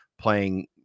playing